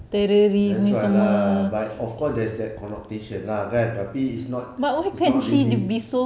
that's why lah but of course there's that connotation lah kan tapi it's not it's not really